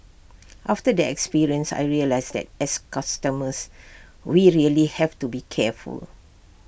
after the experience I realised that as consumers we really have to be careful